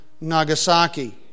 Nagasaki